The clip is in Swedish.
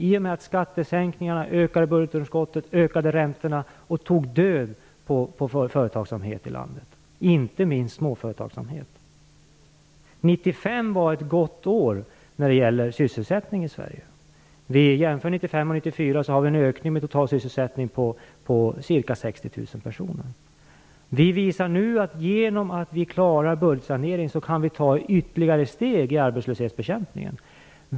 I och med att skattesänkningarna ökade budgetunderskottet ökade räntorna och tog död på företagsamhet i landet, inte minst småföretagsamhet. Förra året, 1995, var ett gott år när det gäller sysselsättning i Sverige. Om vi jämför 1995 och 1994 ser vi en ökning i den totala sysselsättningen med ca 60 000 personer. Vi visar nu att vi genom att klara budgetsaneringen kan ta ytterligare steg i arbetslöshetsbekämpningen.